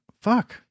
Fuck